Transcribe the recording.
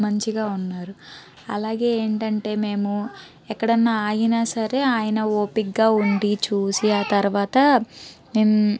మంచిగా ఉన్నారు అలాగే ఏంటంటే మేము ఎక్కడన్నా ఆగిన సరే ఆయన ఓపిగ్గా ఉండి చూసి ఆ తర్వాత నేన్